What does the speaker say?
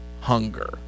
hunger